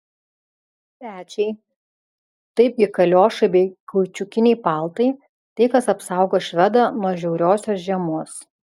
pečiai taipgi kaliošai bei kaučiukiniai paltai tai kas apsaugo švedą nuo žiauriosios žiemos